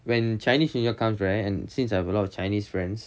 when chinese new year comes right and since I have a lot of chinese friends